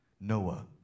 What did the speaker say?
Noah